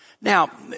Now